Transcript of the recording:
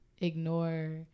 ignore